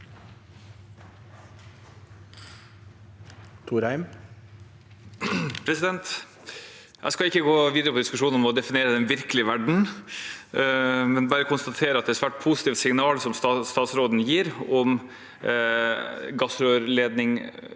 Jeg skal ikke gå videre på diskusjonen om å definere den virkelige verden, men bare konstatere at det er et svært positivt signal statsråden gir om gassrørledningsløsning